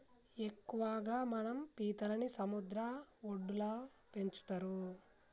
ఎక్కువగా మనం పీతలని సముద్ర వడ్డులో పెంచుతరు